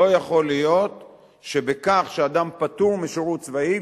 לא יכול להיות שבכך שאדם פטור משירות צבאי,